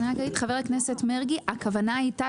חבר הכנסת מרגי, הכוונה הייתה